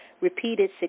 repeated